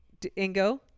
Ingo